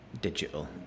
digital